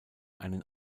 einen